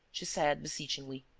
she said beseechingly,